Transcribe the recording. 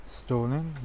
stolen